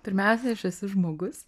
pirmiausia aš esu žmogus